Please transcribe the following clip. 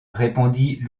répondit